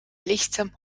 lihtsam